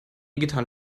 gitarre